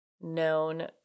known